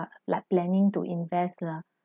ah like planning to invest lah